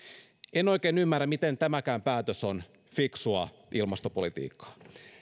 en oikein ymmärrä miten tämäkään päätös on fiksua ilmastopolitiikkaa